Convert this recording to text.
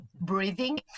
breathing